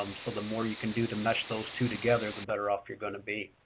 um so the more you can do to mesh those two together, the better off you're going to be.